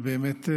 ובאמת,